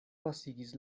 pasigis